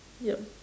yup